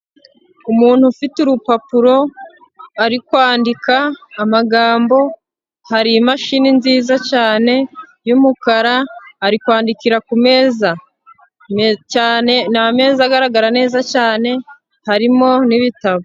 Umuntu ufite urupapuro ari kwandika amagambo, hari imashini nziza cyane y' umukara, ari kwandikira ku meza ni ameza agaragara neza cyane harimo n' ibitabo.